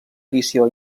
edició